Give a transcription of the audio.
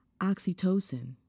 oxytocin